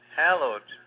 hallowed